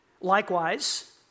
likewise